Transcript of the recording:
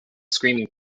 screaming